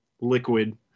liquid